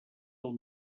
del